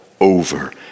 over